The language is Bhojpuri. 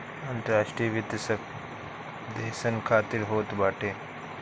अंतर्राष्ट्रीय वित्त सब देसन खातिर होत बाटे